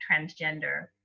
transgender